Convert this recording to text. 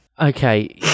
Okay